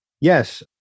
Yes